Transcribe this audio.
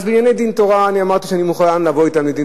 אז בענייני דין תורה אמרתי שאני מוכן לבוא אתם לדין